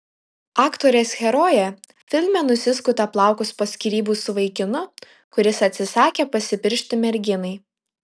aktorės herojė filme nusiskuta plaukus po skyrybų su vaikinu kuris atsisakė pasipiršti merginai